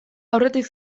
aurretik